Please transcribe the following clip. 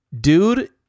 dude